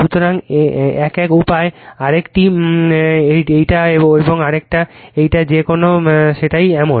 সুতরাং এই এক উপায় আরেকটা এইটা আর আরেকটা এইটা যে কেন সেটাই এমন